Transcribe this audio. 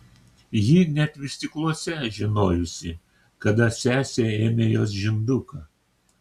ji net vystykluose žinojusi kada sesė ėmė jos žinduką